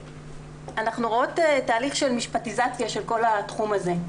אנחנו רואות תהליך של משפטיזציה של כל התחום הזה.